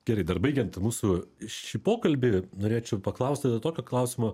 gerai dar baigiant mūsų šį pokalbį norėčiau paklaust tada tokio klausimo